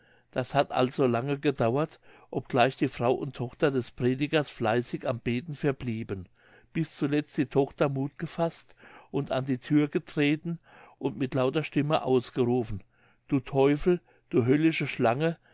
das hat also lange gedauert obgleich die frau und tochter des predigers fleißig am beten verblieben bis zuletzt die tochter muth gefaßt und an die thür getreten und mit lauter stimme ausgerufen du teufel du höllische schlange